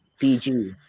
BG